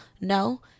No